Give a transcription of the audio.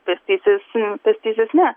pėstysis pėstysis ne